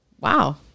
Wow